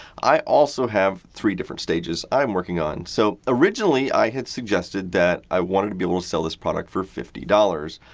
i also have three different stages i'm working on. so, originally, i had suggested that i wanted to be able to sell this product for fifty dollars.